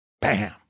Bam